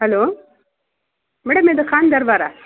hello madam ಇದು ಖಾನ್ ದರ್ಬಾರಾ